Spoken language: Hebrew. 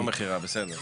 יום המכירה זה בסדר.